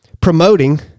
promoting